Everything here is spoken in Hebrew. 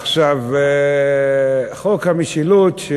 חוק המשילות,